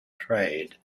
trade